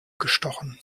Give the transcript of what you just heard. gestochen